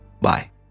Bye